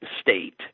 state